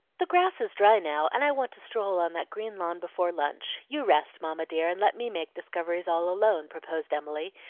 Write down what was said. the grass is dry now, and i want to stroll on that green lawn before lunch. you rest, mamma dear and let me make discoveries all alone, proposed emily,